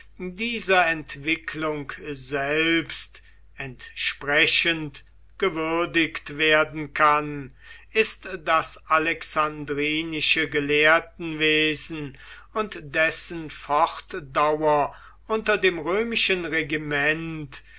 dieser entwicklung selbst entsprechend gewürdigt werden kann ist das alexandrinische gelehrtenwesen und dessen fortdauer unter dem römischen regiment